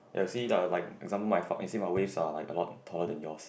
you see uh like example my you see my waves are like a lot taller than yours